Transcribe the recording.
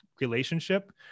relationship